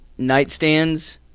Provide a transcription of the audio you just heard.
nightstands